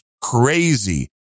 crazy